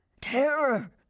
Terror